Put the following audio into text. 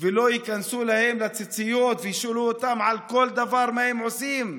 ולא יבדקו להם בציציות וישאלו אותם בכל דבר מה הם עושים.